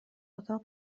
اتاق